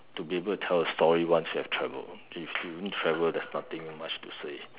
to be able to tell a story once you have travelled lah if you don't travel there's nothing much to say